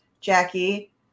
Jackie